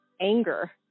anger